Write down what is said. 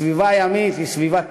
הסביבה הימית היא סביבה כלכלית,